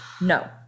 no